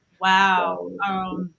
Wow